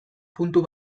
puntu